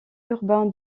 urbain